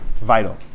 vital